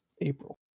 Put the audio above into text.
April